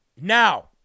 Now